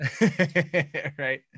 Right